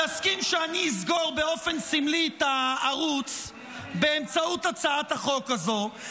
תסכים שאני אסגור באופן סמלי את הערוץ באמצעות הצעת החוק הזאת,